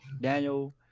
Daniel